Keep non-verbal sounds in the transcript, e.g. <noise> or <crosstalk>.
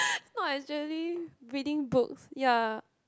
<breath> not actually reading books ya